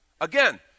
Again